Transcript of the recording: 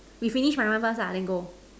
we finish my one first then go